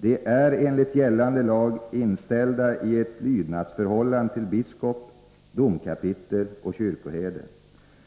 De är enligt gällande lag inställda i ett lydnadsförhållande till biskop, domkapitel och kyrkoherde.